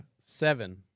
Seven